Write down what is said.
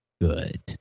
Good